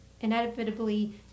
inevitably